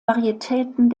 varietäten